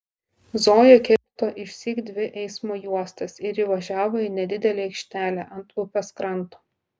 zoja kirto išsyk dvi eismo juostas ir įvažiavo į nedidelę aikštelę ant upės kranto